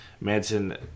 Manson